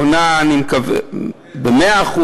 עונה ב-100%,